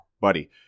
buddy